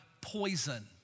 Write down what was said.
poison